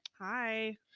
hi